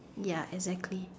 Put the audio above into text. ya exactly